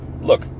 look